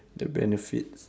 the benefits